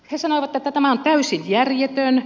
he sanoivat että tämä on täysin järjetön